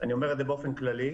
אני אומר את זה באופן כללי,